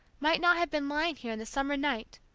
might not have been lying here in the summer night,